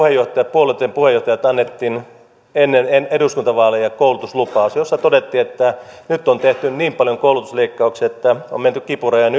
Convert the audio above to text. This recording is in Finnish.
puolueitten puheenjohtajat annoimme ennen eduskuntavaaleja koulutuslupauksen jossa todettiin että nyt on tehty niin paljon koulutusleikkauksia että on menty kipurajan